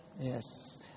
Yes